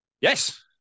Yes